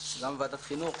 גם בוועדת חינוך,